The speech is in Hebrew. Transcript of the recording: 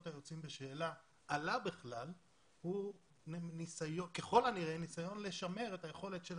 היוצאים בשאלה עלה בכלל הוא ככל הנראה ניסיון לשמר את היכולת של